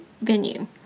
venue